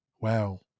wow